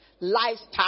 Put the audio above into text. lifestyle